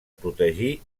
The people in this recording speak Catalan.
protegir